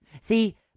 See